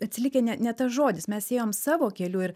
atsilikę ne ne tas žodis mes ėjom savo keliu ir